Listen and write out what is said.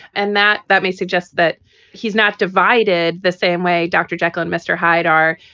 and that that may suggest that he's not divided the same way. dr. jekyll and mr. hyde are,